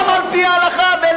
גם על-פי ההלכה אסור לעשות את זה.